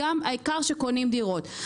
העיקר שקונים דירות.